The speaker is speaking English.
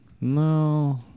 No